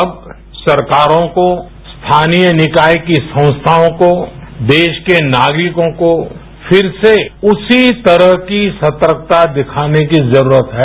अब सरकारों को स्थानीय निकायकी संस्थाओं को देश के नागरिकों को फिरसे उसी तरह की सतर्कता दिखाने की जरूरत है